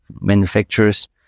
manufacturers